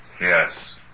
yes